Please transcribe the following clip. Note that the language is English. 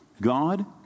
God